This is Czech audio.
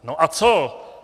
No a co?